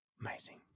Amazing